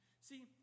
See